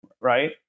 Right